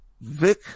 Vic